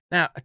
Now